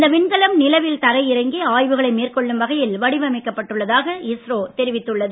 இந்த விண்கலம் நிலவில் தரையிரங்கி ஆய்வுகளை மேற்கொள்ளும் வகையில் வடிவமைக்கப்பட்டுள்ளதாக இஸ்ரோ தெரிவித்துள்ளது